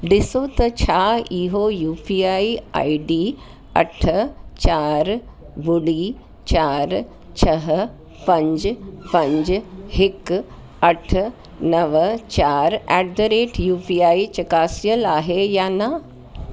ॾिसो त छा इहो U P I I D अठ चारि ॿुड़ी चारि छह पंज पंज हिकु अठ नव चारि at the rate U P I चकासियल आहे या न